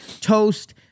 toast